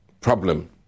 problem